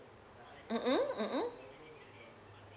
mmhmm mmhmm